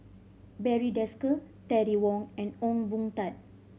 Barry Desker Terry Wong and Ong Boon Tat